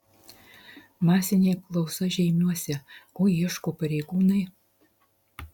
masinė apklausa žeimiuose ko ieško pareigūnai